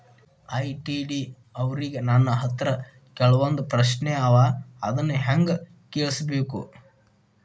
ITD ಅವ್ರಿಗೆ ನನ್ ಹತ್ರ ಕೆಲ್ವೊಂದ್ ಪ್ರಶ್ನೆ ಅವ ಅದನ್ನ ಹೆಂಗ್ ಕಳ್ಸ್ಬೇಕ್?